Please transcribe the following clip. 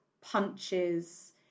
punches